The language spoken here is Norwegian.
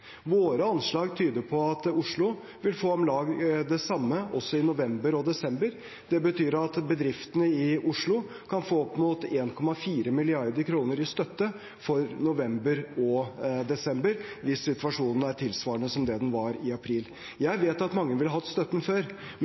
Våre anslag tyder på at Oslo vil få om lag det samme også i november og desember. Det betyr at bedriftene i Oslo kan få opp mot 1,4 mrd. kr i støtte for november og desember hvis situasjonen er tilsvarende som det den var i april. Jeg vet at mange ville ha hatt støtten før, men